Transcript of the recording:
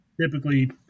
typically –